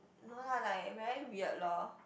no lah like very weird lor